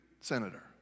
Senator